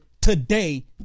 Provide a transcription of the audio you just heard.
today